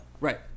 right